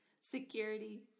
security